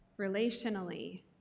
relationally